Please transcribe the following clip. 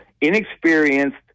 inexperienced